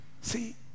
See